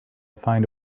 find